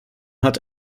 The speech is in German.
hat